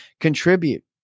contribute